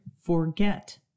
forget